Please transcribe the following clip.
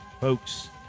Folks